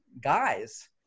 guys